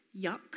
yuck